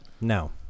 No